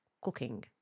cooking